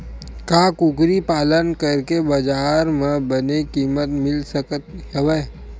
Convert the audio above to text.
का कुकरी पालन करके बजार म बने किमत मिल सकत हवय?